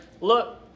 look